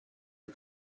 der